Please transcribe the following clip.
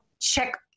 check